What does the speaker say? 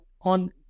on